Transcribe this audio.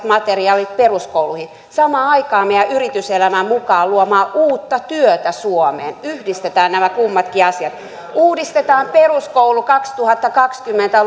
materiaalit peruskouluihin samaan aikaan saataisiin meidän yrityselämää mukaan luomaan uutta työtä suomeen yhdistetään nämä kummatkin asiat uudistetaan peruskoulu kaksituhattakaksikymmentä